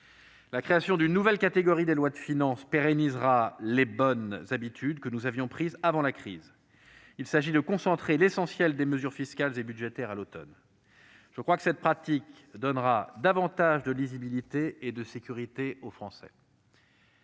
la création d'une nouvelle catégorie de lois de finances pérennisera les bonnes habitudes que nous avions prises avant la crise. Il s'agit de concentrer l'essentiel des mesures fiscales et budgétaires durant l'automne. Je crois que cette pratique donnera davantage de lisibilité et de sécurité aux Français.